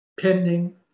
pending